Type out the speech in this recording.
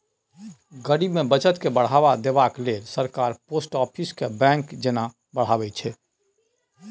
गरीब मे बचत केँ बढ़ावा देबाक लेल सरकार पोस्ट आफिस केँ बैंक जेना बढ़ाबै छै